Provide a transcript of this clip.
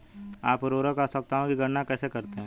आप उर्वरक आवश्यकताओं की गणना कैसे करते हैं?